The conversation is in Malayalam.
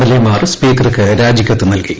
എൽ മാർ സ്പീക്കർക്ക് രാജിക്കത്ത് നൽകി